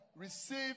receive